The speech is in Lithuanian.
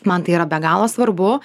man tai yra be galo svarbu